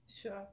Sure